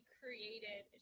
created